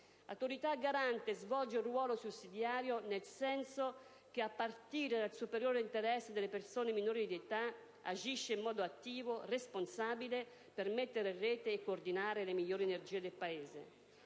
L'Autorità garante svolge un ruolo sussidiario, nel senso che, a partire dal superiore interesse delle persone minori di età, agisce in modo attivo e responsabile per mettere in rete e coordinare le migliori energie del Paese.